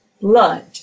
blood